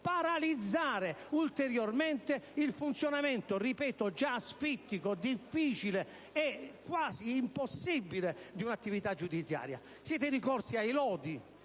paralizzare ulteriormente il funzionamento - ripeto - già asfittico, difficile e quasi impossibile dell'attività giudiziaria. Siete ricorsi ai lodi,